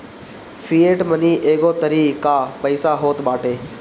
fiat money एगो तरही कअ पईसा होत बाटे